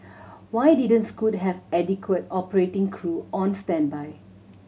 why didn't Scoot have adequate operating crew on standby